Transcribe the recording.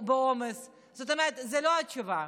בעומס, זאת אומרת, זו לא התשובה.